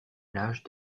l’âge